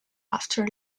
after